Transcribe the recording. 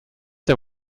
der